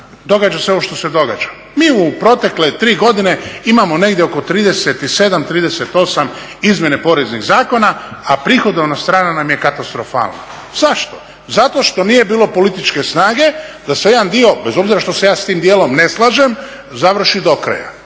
događa se ovo što se događa. Mi u protekle tri godine imamo negdje oko 37, 38 izmjene poreznih zakona, a prihodovna strana nam je katastrofalna. Zašto? Zato što nije bilo političke snage da se jedan dio bez obzira što se ja s tim dijelom ne slažem, završi do kraja.